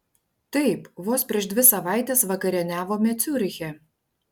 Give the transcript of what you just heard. taip vos prieš dvi savaites vakarieniavome ciuriche